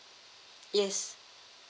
yes